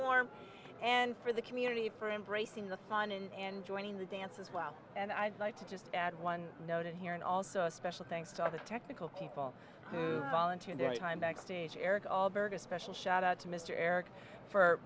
floor and for the community for embracing the fun and and joining the dance as well and i'd like to just add one note here and also a special thanks to all the technical people to volunteer their time backstage eric all burgers shout out to mr eric for